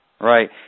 Right